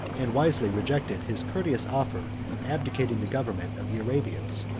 and wisely rejected his courteous offer of abdicating the government of the arabians.